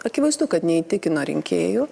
akivaizdu kad neįtikino rinkėjų